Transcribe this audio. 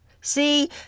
See